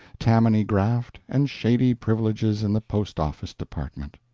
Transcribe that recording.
tammany graft, and shady privileges in the post-office department.